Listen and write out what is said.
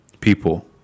people